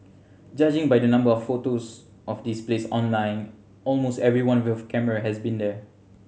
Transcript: judging by the number of photos of this place online almost everyone with a camera has been here